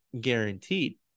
guaranteed